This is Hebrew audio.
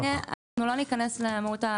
בסדר, אנחנו לא ניכנס למהות.